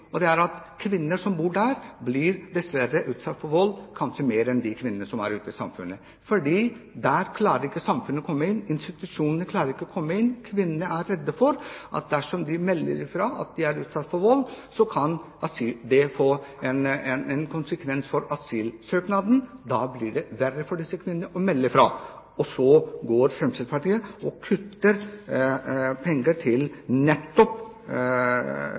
Kvinner som bor der, blir dessverre utsatt for vold, kanskje mer enn de kvinnene som er ute i samfunnet. Der klarer ikke samfunnet å komme inn, institusjonene klarer ikke å komme inn. Kvinnene er redde for at dersom de melder fra om at de er utsatt for vold, kan det få konsekvenser for asylsøknaden. Da blir det verre for disse kvinnene å melde fra. Og Fremskrittspartiet kutter penger til nettopp